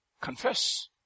Confess